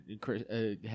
Chris